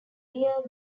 rear